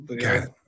God